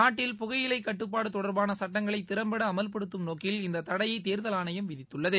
நாட்டில் புகையிலை கட்டுப்பாடு தொடர்பான சுட்டங்களை திறம்பட அமல்படுத்தும் நோக்கில் இந்த தடையை தேர்தல் ஆணையம் விதித்துள்ளது